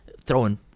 throwing